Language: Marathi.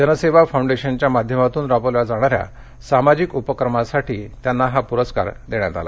जनसेवा फौडेंशनच्या माध्यमातून राबविल्या जाणाऱ्या सामाजिक उपक्रमासाठी त्यांना हा पुरस्कार देण्यात आला